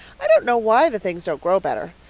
i don't know why the things don't grow better.